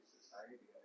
society